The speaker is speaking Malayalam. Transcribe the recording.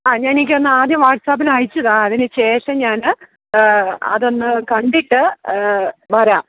ആ എനിക്കൊന്ന് ആദ്യം വാട്സാപ്പില് അയച്ചുതരൂ അതിനുശേഷം ഞാന് അതൊന്ന് കണ്ടിട്ട് വരാം